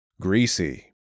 greasy